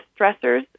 stressors